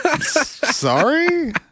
Sorry